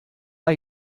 are